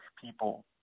people